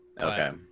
Okay